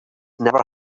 never